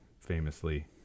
Famously